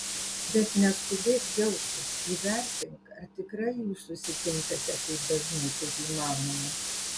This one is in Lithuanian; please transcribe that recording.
bet neskubėk džiaugtis įvertink ar tikrai jūs susitinkate taip dažnai kaip įmanoma